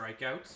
strikeouts